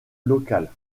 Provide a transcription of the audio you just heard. locale